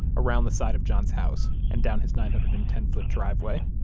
around the side of john's house and down his nine hundred and ten foot driveway.